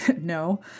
no